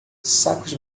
sacos